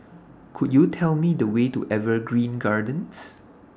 Could YOU Tell Me The Way to Evergreen Gardens